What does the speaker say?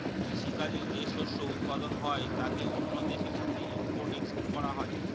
কৃষি কাজে যে শস্য উৎপাদন হয় তাকে অন্য দেশের সাথে ইম্পোর্ট এক্সপোর্ট করা হয়